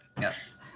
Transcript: Yes